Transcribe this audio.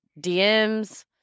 DMs